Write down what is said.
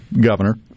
governor